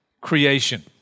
creation